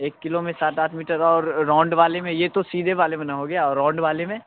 एक किलो में सात आठ मीटर और र राॅउंड वाले में ये तो सीधे वाले में ना हो गया और राॅउंड वाले में